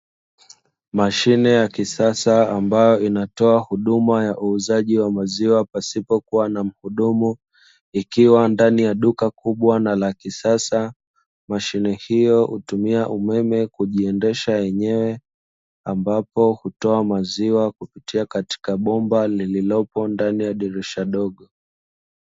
Mashine ya kisasa ambayo inatoa hudum,a ya uuzaji wa maziwa pasipokuwa na mhudumu, ikiwa ndani ya duka kubwa na la kisasa mashine hiyo hutumia umeme kujiendesha yenyewe ambapo hutoa maziwa kupitia katika bomba lililopo ndani ya dirisha dogo.